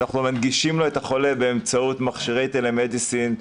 אנחנו מנגישים לו את החולה באמצעות מכשירי טלמדיסין,